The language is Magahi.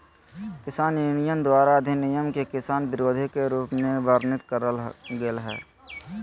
किसान यूनियन द्वारा अधिनियम के किसान विरोधी के रूप में वर्णित करल गेल हई